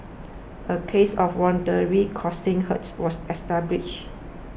a case of voluntarily causing hurts was established